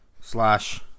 Slash